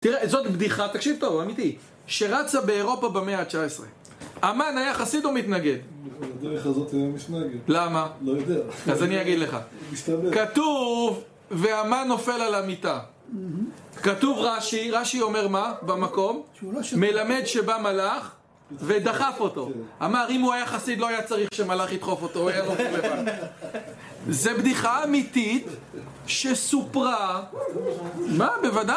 תראה, זאת בדיחה, תקשיב טוב, אמיתית שרצה באירופה במאה ה-19. אמן היה חסיד או מתנגד? בדרך הזאת הוא היה מתנגד למה? לא יודע אז אני אגיד לך, כתוב ואמן נופל על המיטה כתוב רשי, רשי אומר מה? במקום, מלמד שבא מלאך ודחף אותו אמר אם הוא היה חסיד לא היה צריך שמלאך ידחוף אותו, הוא היה נופל לבד. זה בדיחה אמיתית שסופרה. מה? בוודאי